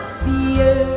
fear